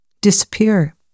disappear